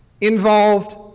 Involved